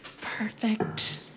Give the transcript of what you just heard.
Perfect